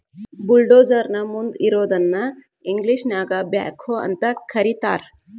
bulldozer ನ ಮುಂದ್ ಇರೋದನ್ನ ಇಂಗ್ಲೇಷನ್ಯಾಗ ಬ್ಯಾಕ್ಹೊ ಅಂತ ಕರಿತಾರ್